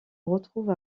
retrouve